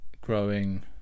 growing